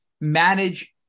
manage